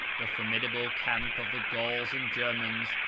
the formidable camp of the gauls and germans,